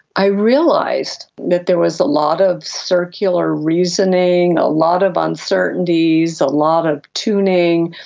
i realised that there was a lot of circular reasoning, a lot of uncertainties, a lot of tuning,